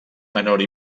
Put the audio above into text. menor